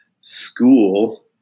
School